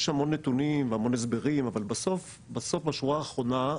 יש המון נתונים והמון הסברים אבל בסוף בסוף בשורה האחרונה,